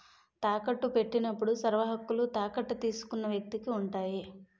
తాకట్టు పెట్టినప్పుడు సర్వహక్కులు తాకట్టు తీసుకున్న వ్యక్తికి ఉంటాయి